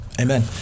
Amen